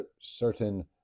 certain